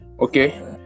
Okay